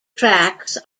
tracks